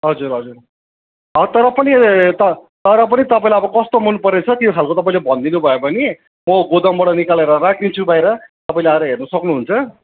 हजुर हजुर ह तर पनि त तर पनि तपाईँलाई अब कस्तो मनपरेको छ त्यो खालको तपाईँले भनिदिनु भयो भने म गोदामबाट निकालेर राखिदिन्छु बाहिर तपाईँले आएर हेर्नु सक्नुहुन्छ